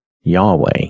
Yahweh